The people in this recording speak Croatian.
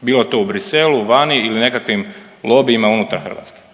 bilo to u Bruxellesu, vani ili nekakvim lobijima unutar Hrvatske.